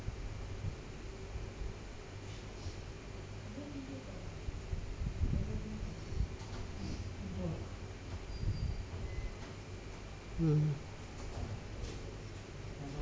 mm